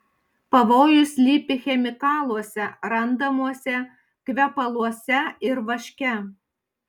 pavojus slypi chemikaluose randamuose kvepaluose ir vaške